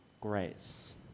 grace